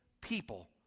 people